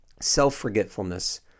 Self-forgetfulness